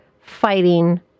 fighting